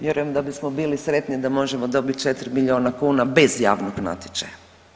Vjerujem da bismo bili sretni da možemo dobiti 4 milijuna kuna bez javnog natječaja.